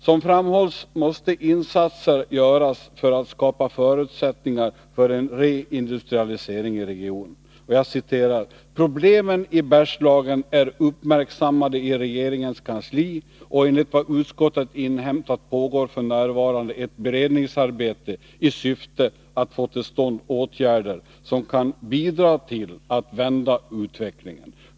Som framhålls måste insatser göras för att skapa förutsättningar för en reindustrialisering i regionen. ”Problemen i Bergslagen är uppmärksammade i regeringens kansli, och enligt vad utskottet inhämtat pågår f. n. ett beredningsarbete i syfte att få till stånd åtgärder som kan bidra till att vända utvecklingen.